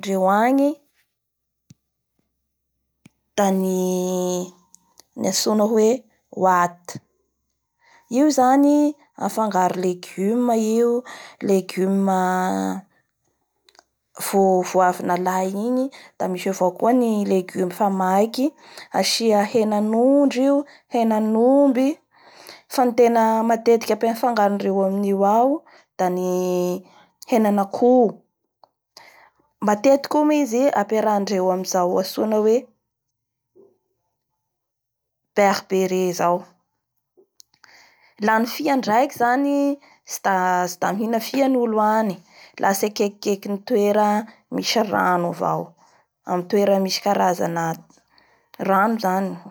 Mihina-kena ny olo agny henan akoho, henana'ondry da eo avao koa ny henan'omby da aharondreo amin'ny legume.